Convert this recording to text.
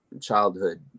childhood